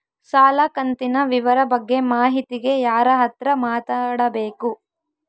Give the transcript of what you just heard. ಸಾಲ ಕಂತಿನ ವಿವರ ಬಗ್ಗೆ ಮಾಹಿತಿಗೆ ಯಾರ ಹತ್ರ ಮಾತಾಡಬೇಕು?